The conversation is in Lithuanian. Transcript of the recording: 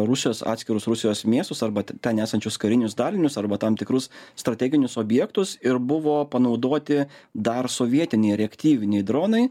rusijos atskirus rusijos miestus arba ten esančius karinius dalinius arba tam tikrus strateginius objektus ir buvo panaudoti dar sovietiniai reaktyviniai dronai